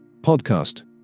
Podcast